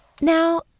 Now